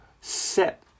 set